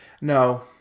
No